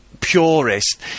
purist